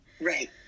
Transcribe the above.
right